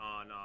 on